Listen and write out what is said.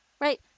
right